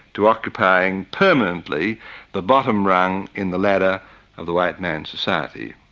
to occupying permanently the bottom rung in the ladder of the white man's society.